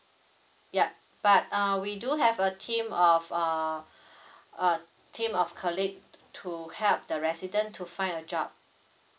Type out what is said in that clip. ya but uh we do have a team of uh uh team of colleague to help the resident to find a job